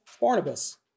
Barnabas